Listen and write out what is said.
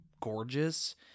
gorgeous